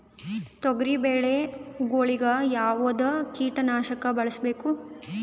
ತೊಗರಿಬೇಳೆ ಗೊಳಿಗ ಯಾವದ ಕೀಟನಾಶಕ ಬಳಸಬೇಕು?